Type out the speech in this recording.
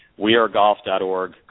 WeAreGolf.org